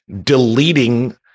deleting